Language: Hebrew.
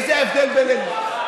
וזה הבדל בינינו.